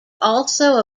also